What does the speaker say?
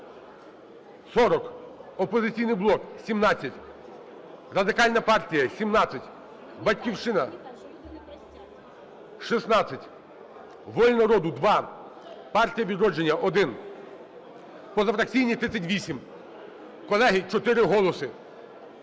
40, "Опозиційний блок" – 17, Радикальна партія – 17, "Батьківщина" – 16, "Воля народу" – 2, "Партія "Відродження" – 1, позафракційні - 38. Колеги, 4 голоси.